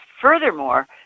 Furthermore